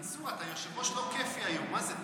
מנסור, אתה יושב-ראש לא כיפי היום, מה זה?